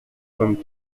vingt